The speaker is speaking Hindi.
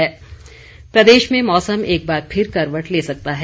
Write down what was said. मौसम प्रदेश में मौसम एक बार फिर करवट ले सकता है